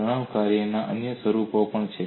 તણાવ કાર્યના અન્ય સ્વરૂપો પણ છે